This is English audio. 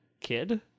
kid